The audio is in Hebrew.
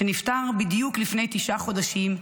שנפטר בדיוק לפני תשעה חודשים,